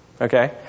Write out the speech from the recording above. okay